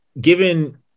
given